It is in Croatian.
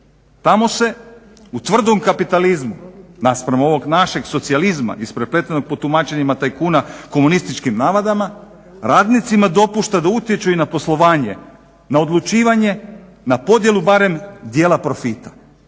Tamo se u tvrdom kapitalizmu naspram ovog našeg socijalizma isprepletenog po tumačenjima tajkuna komunističkim navadama radnicima dopušta da utječu i na poslovanje, na odlučivanje, na podjelu barem djela profita.